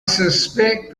suspect